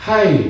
Hey